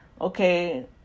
okay